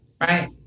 right